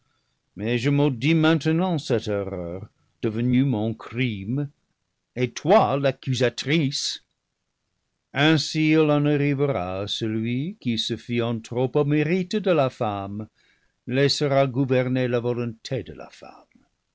mais je maudis maintenant cette erreur devenue mon crime et toi l'accusatrice ainsi il en arrivera à celui qui se fiant trop au mérite de la femme laissera gouverner la volonté de la femme